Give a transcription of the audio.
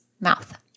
mouth